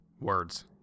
Words